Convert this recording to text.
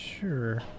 Sure